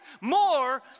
more